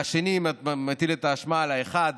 והשני מטיל את האשמה על הראשון,